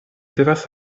devas